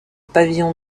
pavillon